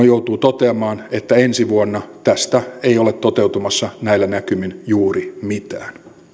joutuu toteamaan että ensi vuonna tästä ei ole toteutumassa näillä näkymin juuri mitään